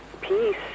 peace